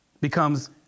becomes